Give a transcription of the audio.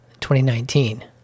2019